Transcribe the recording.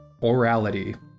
Orality